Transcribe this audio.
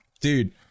Dude